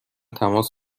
تماس